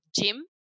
gym